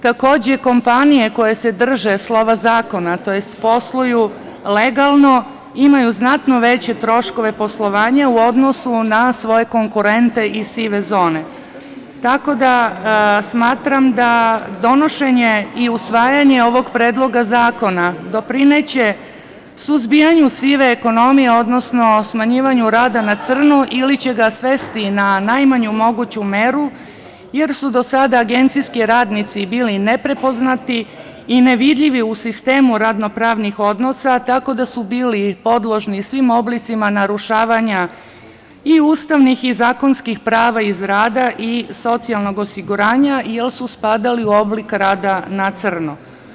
Takođe, kompanije koje se drže slova zakona, tj. posluju legalno imaju znatno veće troškove poslovanja u odnosu na svoje konkurente i sive zone, tako da smatram da donošenje i usvajanje ovog Predloga zakona doprineće suzbijanju sive ekonomije, odnosno smanjivanju rada na crno ili će ga svesti na najmanju moguću meru, jer su do sada agencijski radnici bili neprepoznati i nevidljivi u sistemu radno-pravnih odnosa, tako da su bili podložni svim oblicima narušavanja i ustavnih i zakonskih prava iz rada i socijalnog osiguranja, jer su spadali u oblik rada na crno.